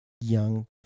young